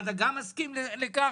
מד"א גם מסכים לכך.